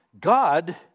God